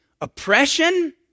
oppression